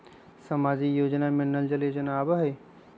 सामाजिक योजना में नल जल योजना आवहई?